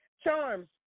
Charms